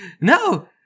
No